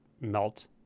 melt